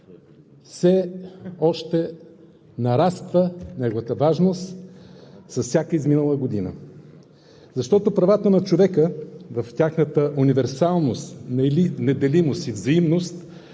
все още нараства – неговата важност, с всяка изминала година, защото правата на човека в тяхната универсалност, неделимост и взаимност